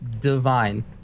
divine